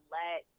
let